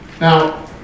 Now